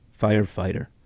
firefighter